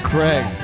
Craig